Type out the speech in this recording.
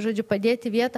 žodžiu padėt į vietą